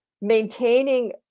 Maintaining